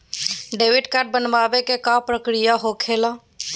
Debit card बनवाने के का प्रक्रिया होखेला?